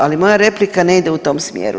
Ali moja replika ne ide u tom smjeru.